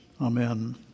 Amen